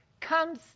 comes